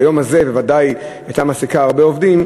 כיום הזה בוודאי הייתה מעסיקה הרבה עובדים,